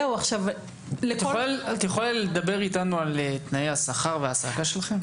את יכולה לדבר איתנו על תנאי השכר וההעסקה שלכם?